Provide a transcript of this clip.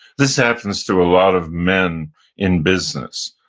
this happens to a lot of men in business.